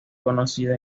conocido